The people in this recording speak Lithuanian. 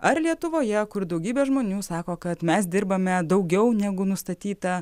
ar lietuvoje kur daugybė žmonių sako kad mes dirbame daugiau negu nustatyta